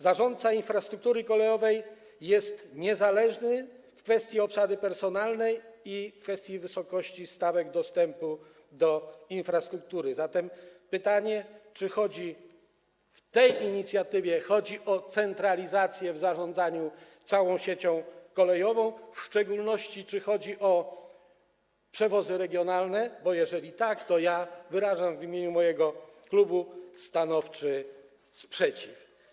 Zarządca infrastruktury kolejowej jest niezależny w kwestii obsady personalnej i w kwestii wysokości stawek opłat za dostęp do infrastruktury, zatem jest pytanie, czy w tej inicjatywie chodzi o centralizację w zarządzaniu całą siecią kolejową, w szczególności czy chodzi o Przewozy Regionalne, bo jeżeli tak, to ja wyrażam w imieniu mojego klubu stanowczy sprzeciw.